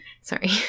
Sorry